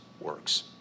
works